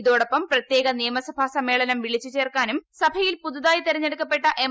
ഇതോടൊപ്പം പ്രത്യേക നിയമസഭാ സ്മ്മേളനം വിളിച്ച് ചേർക്കാനും സഭയിൽ പുതുതായി തിരഞ്ഞെടുക്കപ്പെട്ട എം